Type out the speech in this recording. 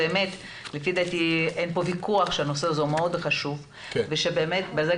לפי דעתי אין פה ויכוח שהנושא הזה הוא מאוד חשוב ושבאמת ברגע